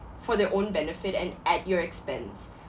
for their own benefit and at your expense